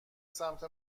سمت